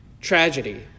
tragedy